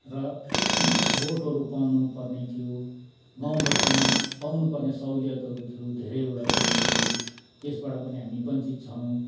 र रोडहरू पाउनु पर्ने थियो गाँउ बस्तीमा पाउनु पर्ने सहुलियतहरू थियो धेरैवटा कुरोहरू थियो त्यसबाट पनि हामी वञ्चित छौँ